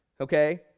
Okay